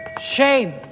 Shame